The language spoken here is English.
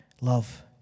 love